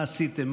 מה עשיתם?